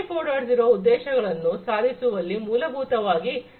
0 ಉದ್ದೇಶಗಳನ್ನು ಸಾಧಿಸುವಲ್ಲಿ ಮೂಲಭೂತವಾಗಿ ಸಹಾಯಮಾಡುತ್ತವೆ